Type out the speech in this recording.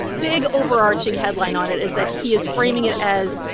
big, overarching headline on it is that he is framing it as,